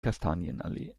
kastanienallee